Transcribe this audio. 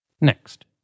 Next